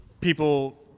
people